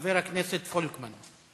חבר הכנסת פולקמן.